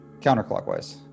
Counterclockwise